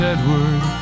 Edward